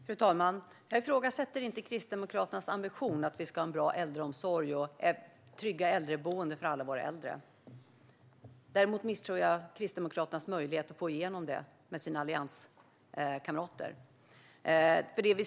Fru talman! Jag ifrågasätter inte Kristdemokraternas ambition att vi ska ha en bra äldreomsorg och trygga äldreboenden för alla våra äldre. Däremot misstror jag Kristdemokraternas möjlighet att få igenom det med sina allianskamrater.